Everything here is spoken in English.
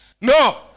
No